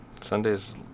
Sunday's